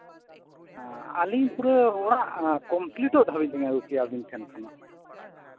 ᱟᱹᱞᱤᱧ ᱯᱩᱨᱟᱹ ᱚᱲᱟᱜ ᱠᱚᱢᱯᱤᱞᱤᱴᱚᱜ ᱫᱷᱟᱹᱵᱤᱡ ᱞᱤᱧ ᱟᱹᱜᱩ ᱠᱮᱭᱟ ᱟᱹᱵᱤᱱ ᱴᱷᱮᱱ ᱠᱷᱚᱱ